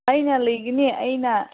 ꯑꯩꯅ ꯂꯩꯒꯅꯤ ꯑꯩꯅ